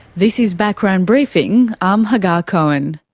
this is background briefing, i'm hagar cohen.